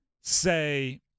say